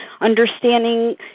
understanding